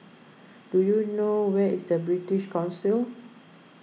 do you know where is British Council